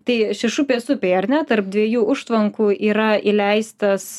tai šešupės upėj ar ne tarp dviejų užtvankų yra įleistas